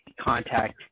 contact